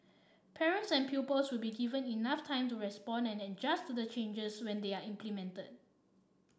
parents and pupils will be given enough time to respond and adjust to the changes when they are implemented